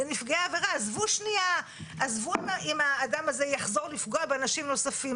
עזבו אם האדם הזה יחזור לפגוע באנשים נוספים.